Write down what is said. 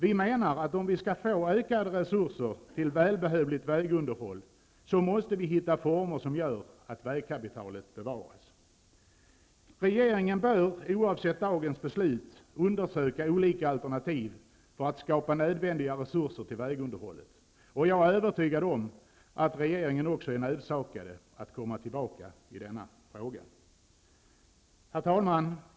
Vi anser, att om vi skall få ökade resurser till välbehövligt vägunderhåll, måste vi hitta former som gör att vägkapitalet bevaras. Regeringen bör, oavsett dagens beslut, undersöka olika alternativ för att skapa nödvändiga resurser till vägunderhållet, och jag är övertygad om att regeringen också är nödsakad att komma tillbaka i denna fråga. Herr talman!